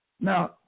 Now